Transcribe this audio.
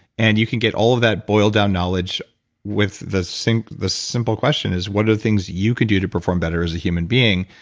and you can get all of that boiled down knowledge with the simple the simple question is what are the things you can do to perform better as a human being?